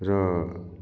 र